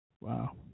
wow